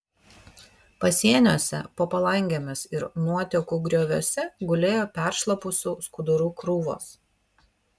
pasieniuose po palangėmis ir nuotekų grioviuose gulėjo peršlapusių skudurų krūvos